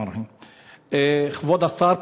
כבוד השר,